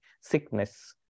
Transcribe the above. sickness